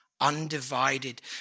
undivided